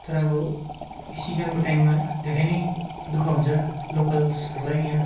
तर अब यो सिजनको टाइममा धेरै नै दुःख हुन्छ लोकल्सहरूलाई यहाँ